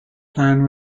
plan